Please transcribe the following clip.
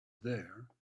there